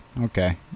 okay